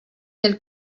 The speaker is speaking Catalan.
del